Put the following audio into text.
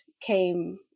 came